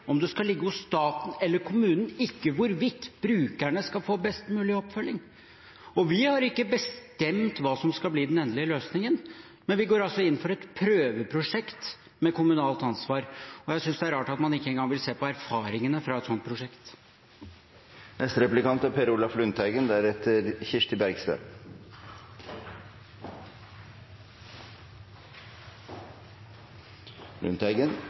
om det skal ligge hos stat eller kommune, ikke hvorvidt brukerne skal få best mulig oppfølging. Vi har ikke bestemt hva som skal bli den endelige løsningen, men vi går inn for et prøveprosjekt med kommunalt ansvar. Jeg synes det er rart at man ikke engang vil se på erfaringene fra et slikt prosjekt. Representanten Heggelund driver med feil historieskriving når det gjelder hvorfor vi har kommet dit vi er